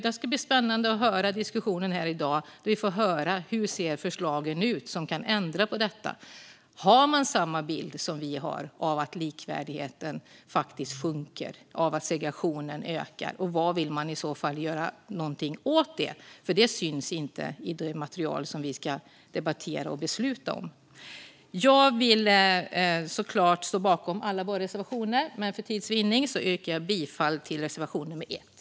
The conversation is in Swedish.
Det ska bli spännande att höra diskussionen i dag och hur de förslag ser ut som kan ändra på detta. Har man samma bild som vi har, att likvärdigheten sjunker och att segregationen ökar, och vill man i så fall göra något åt det? Det syns inte i det material som vi ska debattera och besluta om. Jag står såklart bakom alla våra reservationer, men för tids vinnande yrkar jag bifall endast till reservation nummer 1.